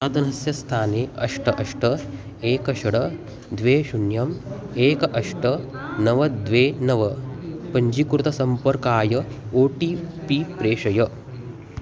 पुरातनस्य स्थाने अष्ट अष्ट एकं षट् द्वे शून्यम् एकम् अष्ट नव द्वे नव पञ्जीकृतसम्पर्काय ओ टि पि प्रेषय